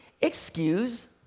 excuse